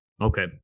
Okay